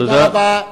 תודה רבה.